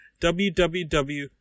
www